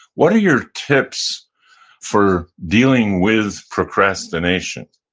what are your tips for dealing with procrastination?